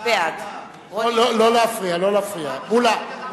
בעד רונית תירוש, בעד נא לקרוא בקריאה